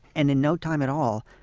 and in no time at all,